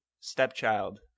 stepchild